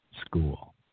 school